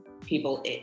people